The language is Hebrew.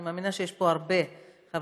אני מאמינה שיש פה הרבה חברים,